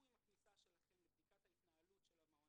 וכו' חכו עם הכניסה שלכם לבדיקת ההתנהלות של מעון.